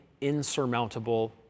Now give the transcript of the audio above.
insurmountable